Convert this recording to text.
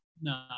no